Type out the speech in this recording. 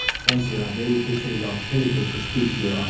thank you. i really appreciate the opportunity to speak here.